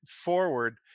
forward